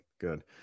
Good